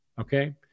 Okay